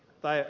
tai